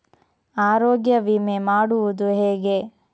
ಆರೋಗ್ಯ ವಿಮೆ ಮಾಡುವುದು ಹೇಗೆ?